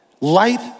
light